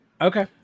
Okay